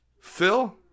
Phil